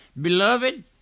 Beloved